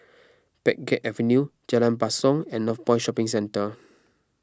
Pheng Geck Avenue Jalan Basong and Northpoint Shopping Centre